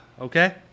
Okay